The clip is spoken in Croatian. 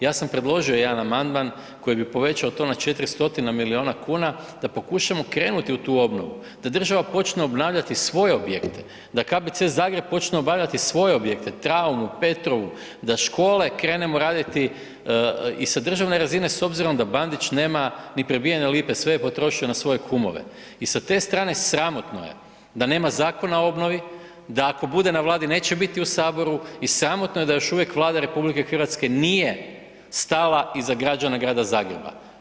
Ja sam predložio jedan amandman koji bi povećao to na 400 milijuna kuna da pokušamo krenuti u tu obnovu, da država počne obnavljati svoje objekte, da KBC Zagreb počne obnavljati svoje objekte, Traumu, Petrovu, da škole krenemo raditi i sa državne razine s obzirom da Bandić ni prebijene lipe, sve je potrošio na svoje kumove i sa te strane sramotno je da nema Zakona o obnovi, da ako bude na Vladi, neće biti u Saboru i sramotno je da još uvijek Vlada RH nije stala iza građana grada Zagreba.